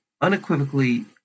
unequivocally